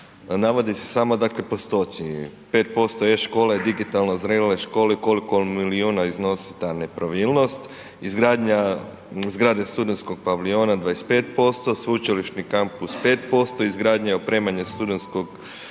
navode se samo dakle postoci, 5% e-škole, digitalno .../Govornik se ne razumije./... školi koliko milijuna iznosi ta nepravilnost. Izgradnja zgrade studenskog paviljona 25%, sveučilišni kampus 5%, izgradnja i opremanje studentskog kampusa